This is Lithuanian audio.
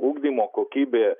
ugdymo kokybė